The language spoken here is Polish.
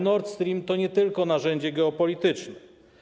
Nord Stream to nie tylko narzędzie geopolityczne.